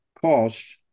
costs